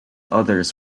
others